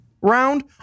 round